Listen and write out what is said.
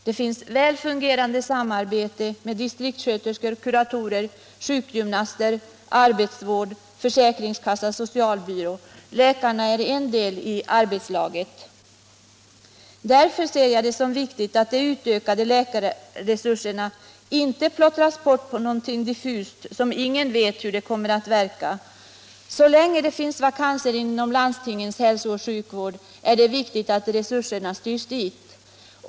Det finns väl fungerande samarbete med distriktssköterskor, kuratorer, sjukgymnaster, arbetsvård, försäkringskassa, socialbyrå. Läkarna är en del i arbetslaget. Därför ser jag det som viktigt att de utökade läkarresurserna inte plottras bort på någonting diffust, som ingen vet hur det kommer att verka. Så länge det finns vakanser inom landstingens hälsooch sjukvård är det viktigt att resurserna styrs dit.